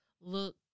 look